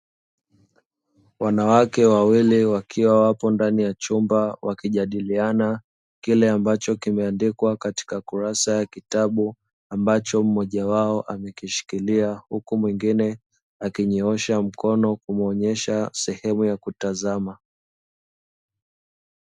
Wanawake wawili wakiwa wapo ndani ya chumba wakijadiliana kile ambacho kimeandikwa katika kurasa ya kitabu ambacho mmoja wao amekishikilia huku mwingine akinyoosha mkono kumuonyesha sehemu ya kutazama.